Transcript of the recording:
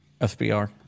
SBR